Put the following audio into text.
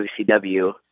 WCW